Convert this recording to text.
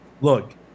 Look